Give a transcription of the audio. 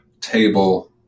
table